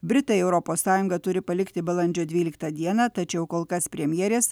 britai europos sąjungą turi palikti balandžio dvyliktą dieną tačiau kol kas premjerės